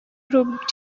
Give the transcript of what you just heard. group